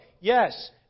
yes